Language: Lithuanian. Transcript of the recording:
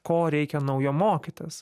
ko reikia naujo mokytis